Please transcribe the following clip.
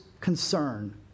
concern